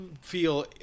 feel